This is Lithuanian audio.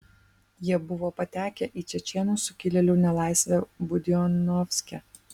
jie buvo patekę į čečėnų sukilėlių nelaisvę budionovske